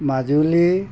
Majuli